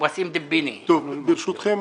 ברשותכם,